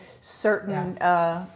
certain